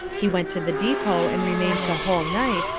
he went to the depot and remained the whole night,